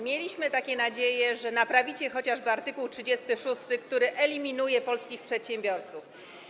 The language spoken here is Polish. Mieliśmy takie nadzieje, że naprawicie chociażby art. 36, który eliminuje polskich przedsiębiorców.